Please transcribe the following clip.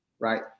right